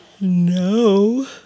No